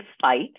fight